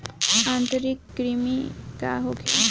आंतरिक कृमि का होखे?